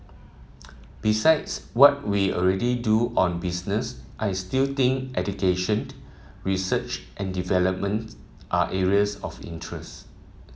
besides what we already do on business I still think education research and development are areas of interest